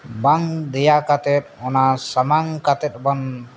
ᱵᱟᱝ ᱫᱮᱭᱟ ᱠᱟᱛᱮᱫ ᱚᱱᱟ ᱥᱟᱢᱟᱝ ᱠᱟᱛᱮᱫ ᱵᱚᱱ